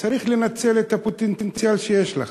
צריך לנצל את הפוטנציאל שיש לך.